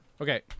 Okay